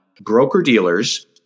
broker-dealers